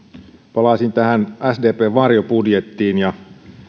palaisin tähän sdpn varjobudjettiin ja